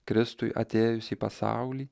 kristui atėjus į pasaulį